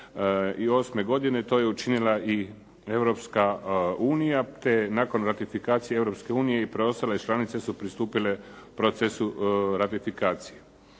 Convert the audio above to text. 2008. godine to je učinila i Europska unija. Te je nakon ratifikacije Europske unije i preostale članice su pristupile procesu ratifikacije.